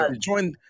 Join